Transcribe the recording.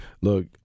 look